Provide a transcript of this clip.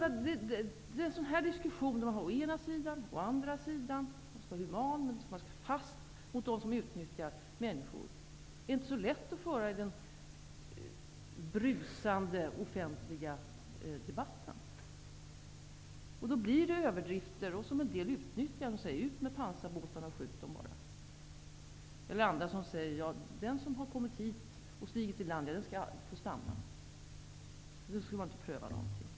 En sådan här diskussion med uttalanden om å ena sidan och å andra sidan -- man skall vara human, men det skall vara fasthet gentemot dem som utnyttjar människor -- är inte så lätt att föra i den brusande offentliga debatten. Det blir överdrifter. En del utnyttjar situationen och säger: Ut med pansarbåtarna och skjut dem bara! Andra säger: Den som har kommit hit, stigit i land här, skall få stanna. De fallen skall inte prövas.